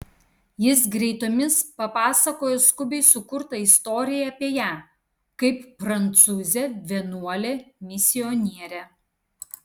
jis greitomis papasakojo skubiai sukurtą istoriją apie ją kaip prancūzę vienuolę misionierę